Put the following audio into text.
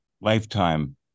Lifetime